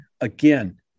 again